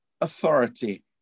authority